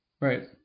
right